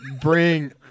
bring